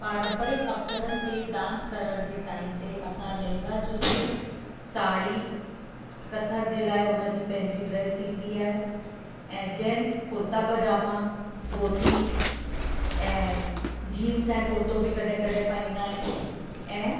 पारंपरिक अवसरनि ते डांस करण जे टाइम ते असां लहेंगा चुनड़ी साड़ी कथक जे लाइ हुनजी पंहिंजी ड्रेस थींदी आहे ऐं जेन्ट्स कुर्ता पजामा धोती ऐं जीन्स ऐं कुर्तो बि कॾहिं कॾहिं पाईंदा आहिनि ऐं